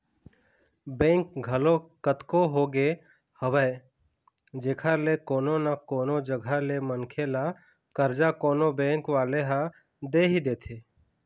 bank घलोक कतको होगे हवय जेखर ले कोनो न कोनो जघा ले मनखे ल करजा कोनो बेंक वाले ह दे ही देथे